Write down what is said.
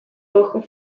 wochen